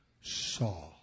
saw